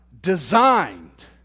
designed